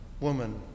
woman